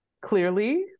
clearly